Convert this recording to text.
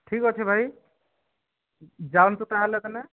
ଠିକ୍ ଅଛି ଭାଇ ଯାଆନ୍ତୁ ତାହେଲେ ତୁମେ